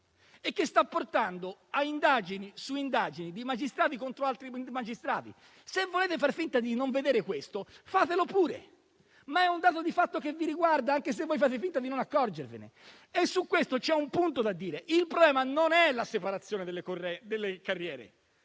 che sta portando a indagini su indagini di magistrati contro altri magistrati. Se volete far finta di non vedere questo, fatelo pure, ma è un dato di fatto che vi riguarda, anche se fate finta di non accorgervene. E su questo c'è un punto da dire: il problema non è la separazione delle carriere,